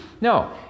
No